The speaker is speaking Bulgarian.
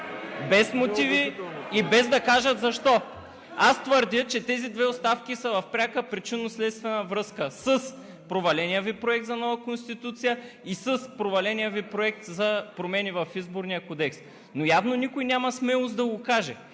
без мотиви и без да кажат защо? Аз твърдя, че тези две оставки са в пряка причинно-следствена връзка с проваления Ви проект за нова Конституция и с проваления Ви проект за промени в Изборния кодекс. Но явно никой няма смелост да го каже